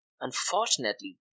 Unfortunately